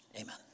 Amen